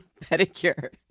pedicure